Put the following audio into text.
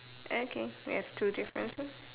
okay we have two differences